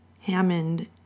Hammond